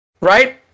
Right